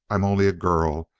i'm only a girl.